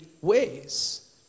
ways